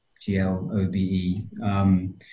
G-L-O-B-E